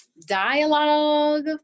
dialogue